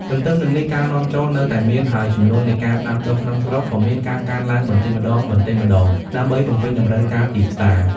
ទន្ទឹមនឹងនេះ ការនាំចូលនៅតែមាន ហើយចំនួននៃការដាំដុះក្នុងស្រុកក៏មានការកើនឡើងបន្តិចម្តងៗដើម្បីបំពេញតម្រូវការទីផ្សារ។